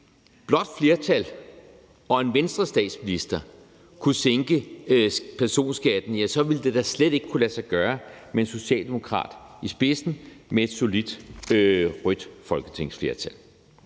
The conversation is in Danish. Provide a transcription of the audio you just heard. blåt flertal og en Venstrestatsminister kunne sænke personskatten, ville det da slet ikke kunne lade sig gøre med socialdemokrat i spidsen med et solidt rødt folketingsflertal.